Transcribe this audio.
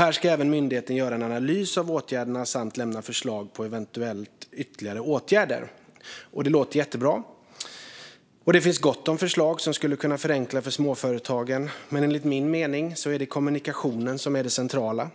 Här ska myndigheten även göra en analys av åtgärderna samt lämna förslag på eventuella ytterligare åtgärder. Det låter jättebra. Det finns gott om förslag som skulle förenkla för småföretagen, men enligt min mening är det kommunikationen som är det centrala.